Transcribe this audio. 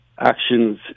actions